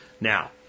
Now